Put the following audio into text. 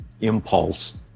impulse